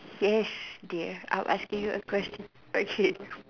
yes dear I'm asking you a question okay